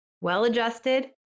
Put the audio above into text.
well-adjusted